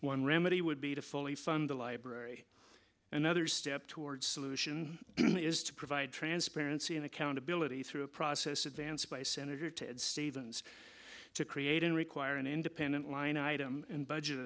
one remedy would be to fully fund the library another step towards solution is to provide transparency and accountability through a process advanced by senator ted stevens to create and require an independent line item in budget